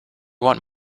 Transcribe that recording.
want